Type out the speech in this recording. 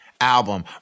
album